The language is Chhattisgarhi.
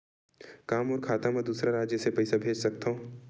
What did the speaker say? का मोर खाता म दूसरा राज्य ले पईसा भेज सकथव?